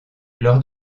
lors